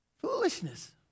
Foolishness